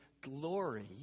glory